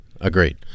Agreed